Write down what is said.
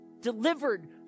delivered